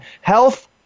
health